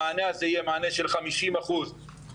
המענה הזה יהיה מענה של 50% ובמקביל